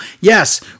Yes